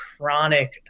chronic